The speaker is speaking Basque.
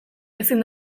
ezin